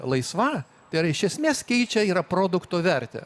laisva tai yra iš esmės keičia yra produkto vertę